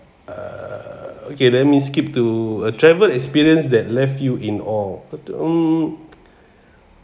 err okay let me skip to a travel experience that left you in all um